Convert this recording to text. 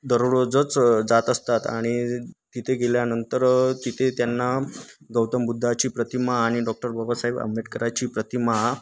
दरोजच जात असतात आणि तिथे गेल्यानंतर तिथे त्यांना गौतम बुद्धाची प्रतिमा आणि डॉक्टर बाबासाहेब आंबेडकराची प्रतिमा